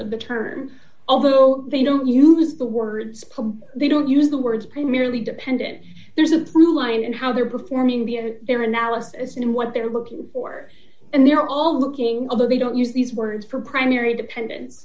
of the term although they don't use the words they don't use the words primarily dependent there's a through line in how they're performing the their analysis and what they're looking for and they're all looking although they don't use these words for primary dependence